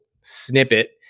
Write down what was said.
snippet